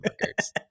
records